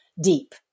deep